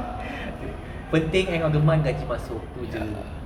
penting end of the month gaji masuk tu jer